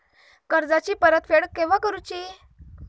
कर्जाची परत फेड केव्हा करुची?